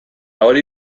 hori